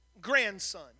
grandson